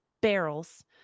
barrels